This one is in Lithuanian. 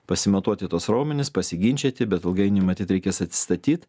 pasimatuoti tuos raumenis pasiginčyt bet ilgainiui matyt reikės atsistatyt